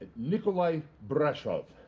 nicolae brashov.